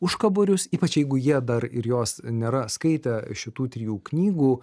užkaborius ypač jeigu jie dar ir jos nėra skaitę šitų trijų knygų